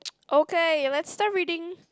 okay let's start reading